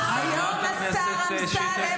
--- חברת הכנסת שטרית,